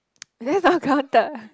that's not counted